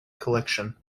collection